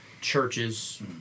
churches